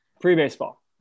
Pre-baseball